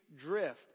drift